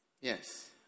Yes